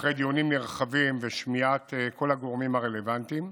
אחרי דיונים נרחבים ושמיעת כל הגורמים הרלוונטיים,